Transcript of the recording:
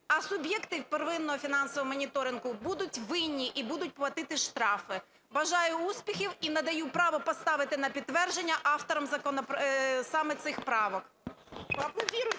А суб'єкти первинного фінансового моніторингу будуть винні і будуть платити штрафи. Бажаю успіхів і надаю право поставити на підтвердження автором саме цих правок.